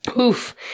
Oof